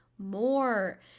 more